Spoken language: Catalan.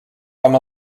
com